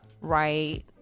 Right